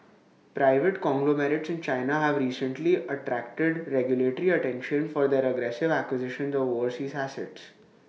private conglomerates in China have recently attracted regulatory attention for their aggressive acquisitions of overseas assets